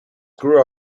grew